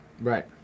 Right